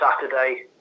saturday